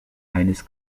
eines